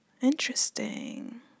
Interesting